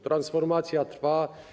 Transformacja trwa.